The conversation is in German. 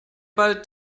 bald